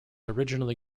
originally